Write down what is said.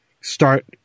start